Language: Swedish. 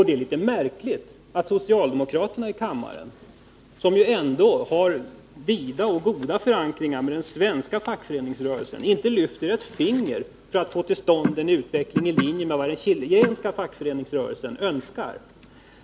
Det är litet märkligt att socialdemokraterna i kammaren, som har vida och goda förbindelser med den svenska fackföreningsrörelsen, inte lyfter ett finger för att få till stånd en utveckling i linje med vad den chilenska fackföreningsrörelsen önskar.